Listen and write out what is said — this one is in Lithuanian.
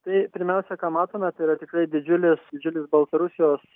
tai pirmiausia ką matome tai yra tikrai didžiulis didžiulis baltarusijos